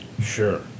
sure